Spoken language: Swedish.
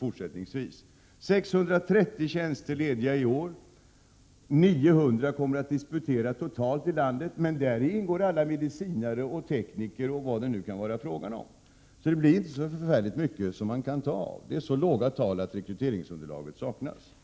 Det finns 630 lediga tjänster i år. Totalt kommer 900 att disputera i landet. I den siffran ingår emellertid alla medicinare, tekniker osv. Det finns då inte så förfärligt mycket att ta av. Det rör sig om så låga tal att rekryteringsunderlag saknas.